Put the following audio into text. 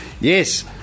yes